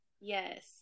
Yes